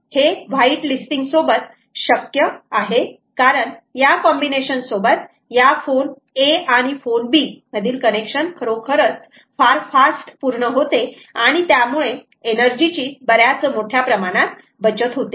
म्हणून IRK हे white listing सोबत शक्य आहे कारण या कॉम्बिनेशन सोबत या फोन a आणि फोन b मधील कनेक्शन खरोखर फार फास्ट पूर्ण होते आणि त्यामुळे एनर्जी ची बऱ्याच मोठ्या प्रमाणात बचत होते